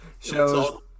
shows